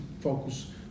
focus